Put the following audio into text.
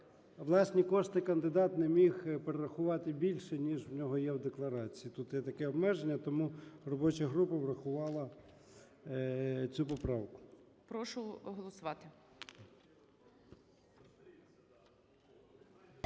власні кошти кандидат не міг перерахувати більше, ніж в нього є в декларації, тут є таке обмеження. Тому робоча група врахувала цю поправку.